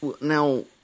Now